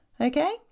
Okay